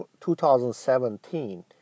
2017